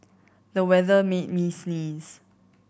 the weather made me sneeze